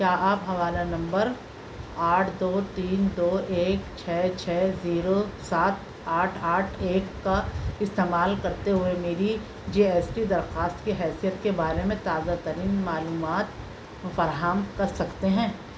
کیا آپ حوالہ نمبر آٹھ دو تین دو ایک چھ چھ زیرو سات آٹھ آٹھ ایک کا استعمال کرتے ہوئے میری جی ایس ٹی درخواست کی حیثیت کے بارے میں تازہ ترین معلومات فراہم کر سکتے ہیں